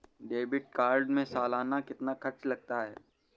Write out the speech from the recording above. Debit card में सालाना कितना खर्च लगता है?